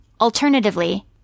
alternatively